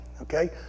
Okay